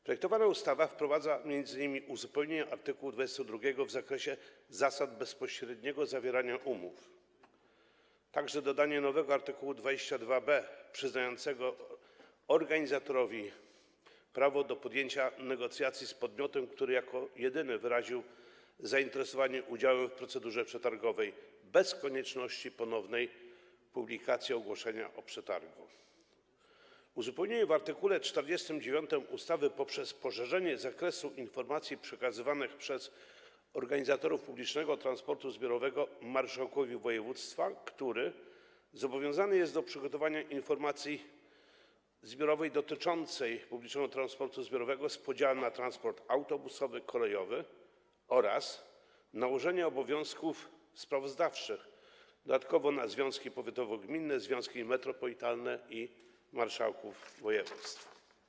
Projektowana ustawa wprowadza uzupełnienie w art. 22 w zakresie zasad bezpośredniego zawierania umów, dodaje nowy art. 22b przyznający organizatorowi prawo do podjęcia negocjacji z podmiotem, który jako jedyny wyraził zainteresowanie udziałem w procedurze przetargowej bez konieczności ponownej publikacji ogłoszenia przetargu, oraz wprowadza uzupełnienie w art. 49 ustawy poprzez poszerzenie zakresu informacji przekazywanych przez organizatorów publicznego transportu zbiorowego marszałkowi województwa, który zobowiązany jest do przygotowania informacji zbiorczej dotyczącej publicznego transportu zbiorowego z podziałem na transport autobusowy i kolejowy, oraz nałożenie obowiązków sprawozdawczych dodatkowo na związki powiatowo-gminne, związki metropolitalne i marszałków województw.